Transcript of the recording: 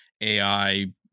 ai